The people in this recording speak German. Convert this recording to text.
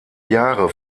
jahre